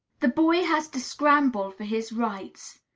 the boy has to scramble for his rights.